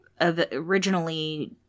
originally